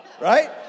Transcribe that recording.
Right